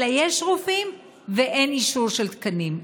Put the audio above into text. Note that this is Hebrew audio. אלא יש רופאים ואין אישור של תקנים.